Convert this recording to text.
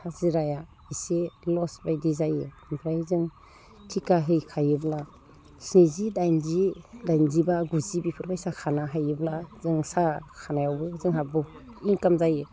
हाजिराया एसे लसबायदि जायो ओमफ्राय जों थिखाहैखायोब्ला स्निजि दाइनजि दाइनजिबा गुजि बेफोरबायसा खानो हायोब्ला जों साहा खानायावबो जोंहा बहुद इन्काम जायो